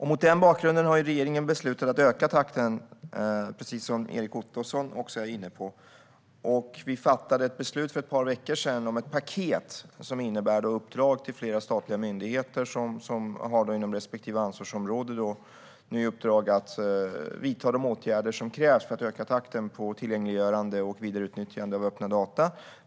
Mot den bakgrunden har regeringen beslutat att öka takten, precis som Erik Ottoson också är inne på, och för ett par veckor sedan fattade vi beslut om ett paket som innebär uppdrag till flera statliga myndigheter att inom respektive ansvarsområde vidta de åtgärder som krävs för att öka takten när det gäller tillgängliggörande och vidareutnyttjande av öppna data.